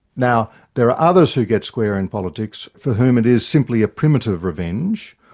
now, there are others who get square in politics for whom it is simply a primitive revenge,